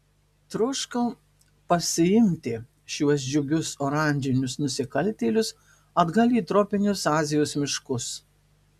troškau pasiimti šiuos džiugius oranžinius nusikaltėlius atgal į tropinius azijos miškus